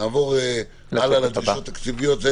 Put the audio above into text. נעבור לדרישות תקציביות.